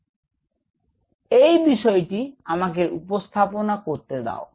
তো এই বিষয়টি আমাকে উপস্থাপনা করতে দাও